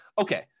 okay